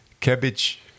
Cabbage